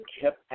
kept